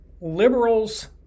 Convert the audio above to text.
liberals